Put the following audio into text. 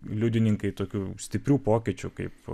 liudininkai tokių stiprių pokyčių kaip